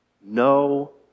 No